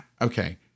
okay